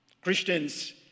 Christians